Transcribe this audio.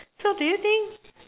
so do you think